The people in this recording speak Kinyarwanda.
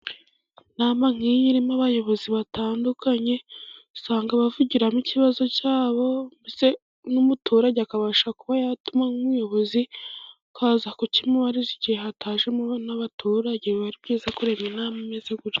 Inama nk'iyi irimo abayobozi batandukanye, usanga bavugiramo ikibazo cyabo mbese nk'umuturage, akabasha kuba yatuma nk'umuyobozi akaza kukimubariza, igihe hatajemo n'abaturage biba ari byiza kurema inama imeze gutya.